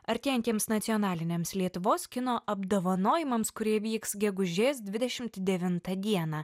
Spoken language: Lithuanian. artėjantiems nacionaliniams lietuvos kino apdovanojimams kurie vyks gegužės dvidešimt devintą dieną